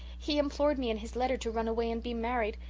he implored me in his letter to run away and be married.